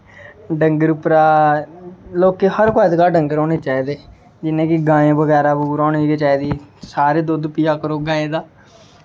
डंगर उप्परा लोकें हर घर डंगर होने चाहिदे जि'यां कि गाएं बगैरा ते होनी गै चाहिदी सारे दुद्ध पिया करो गाएं दा